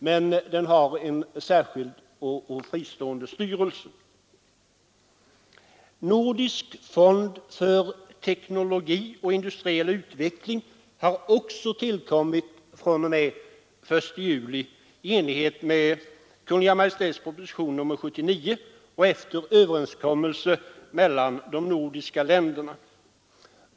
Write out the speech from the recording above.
Den har emellertid en särskild, fristående styrelse. Nordisk fond för teknologi och industriell utveckling har också tillkommit den 1 juli i enlighet med Kungl. Maj:ts proposition nr 79 och efter överenskommelse mellan de nordiska länderna.